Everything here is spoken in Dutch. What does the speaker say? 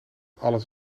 alles